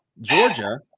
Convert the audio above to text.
Georgia